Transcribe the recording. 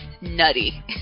nutty